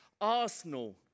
arsenal